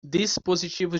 dispositivos